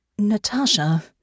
Natasha